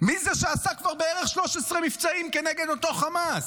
מי זה שעשה כבר בערך 13 מבצעים כנגד אותו חמאס?